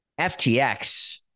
FTX